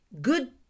good